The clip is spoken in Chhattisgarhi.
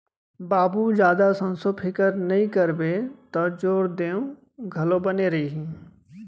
बाबू जादा संसो फिकर नइ करबे तौ जोर देंव घलौ बने रही